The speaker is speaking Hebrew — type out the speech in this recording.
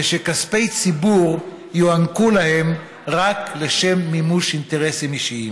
ושכספי ציבור יוענקו להם רק לשם מימוש אינטרסים אישיים?